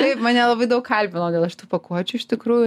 taip mane labai daug kalbino dėl šitų pakuočių iš tikrųjų